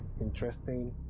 interesting